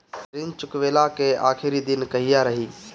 ऋण चुकव्ला के आखिरी दिन कहिया रही?